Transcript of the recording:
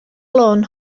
lôn